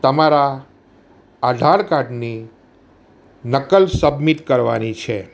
તમારા આધાર કાર્ડની નકલ સબમિટ કરવાની છે